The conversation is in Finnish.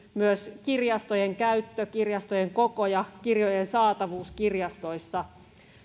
myös kirjastojen käyttö kirjastojen koko ja kirjojen saatavuus kirjastoissa